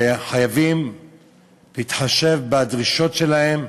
וחייבים להתחשב בדרישות שלהם,